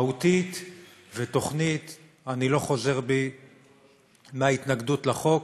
מהותית ותוכנית אני לא חוזר בי מההתנגדות לחוק